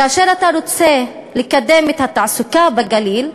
כאשר אתה רוצה לקדם את התעסוקה בגליל,